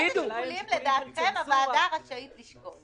איזה שיקולים לדעתכם הוועדה רשאית לשקול?